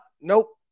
Nope